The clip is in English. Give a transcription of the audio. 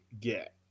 get